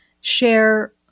share